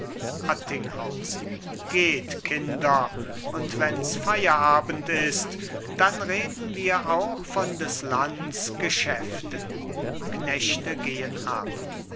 attinghausen geht kinder und wenn's feierabend ist dann reden wir auch von des lands geschäften knechte gehen ab